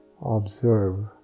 Observe